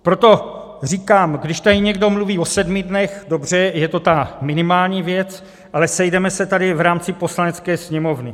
Proto říkám, když tady někdo mluví o sedmi dnech, dobře, je to ta minimální věc, ale sejdeme se tady v rámci Poslanecké sněmovny.